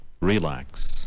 relax